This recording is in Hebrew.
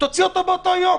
תוציא אותו באותו היום.